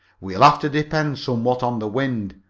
we'll have to depend somewhat on the wind,